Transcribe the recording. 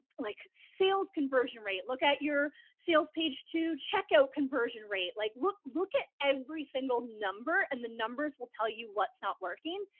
like sales conversion rate, look at your sales page to checkout conversion rate. like look, look at every single number and the numbers will tell you what's not working.